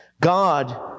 God